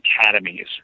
academies